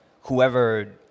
whoever